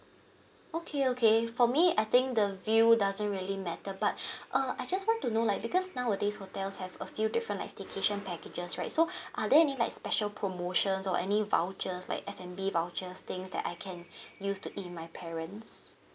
okay okay for me I think the view doesn't really matter but uh I just want to know like because nowadays hotels have a few different like staycation packages right so are there any like special promotions or any vouchers like F&B vouchers things that I can use to eat with my parents